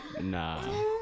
Nah